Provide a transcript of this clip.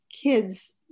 Kids